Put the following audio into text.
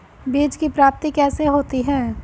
बीज की प्राप्ति कैसे होती है?